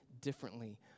differently